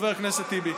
חבר הכנסת טיבי.